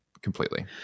completely